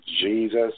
Jesus